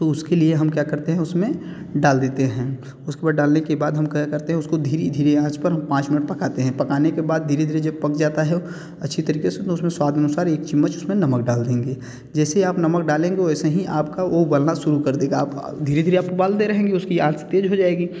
तो उसके लिए हम क्या करते हैं उसमें डाल देते हैं उसके बाद डालने के बाद हम क्या करते उसको धीरे धीरे आँच पर पाँच मिनट पकाते हैं पकाने के बाद धीरे धीरे जब पक जाता है अच्छी तरीक़े से तो उसमें स्वाद अनुसार एक चम्मच उसमें नमक डाल देंगे जैसे ही आप नमक डालेंगे वैसे ही आपका वो उबलना शुरू कर देगा धीरे धीरे आप उबालते रहेंगे उसकी आँच तेज़ हो जाएगी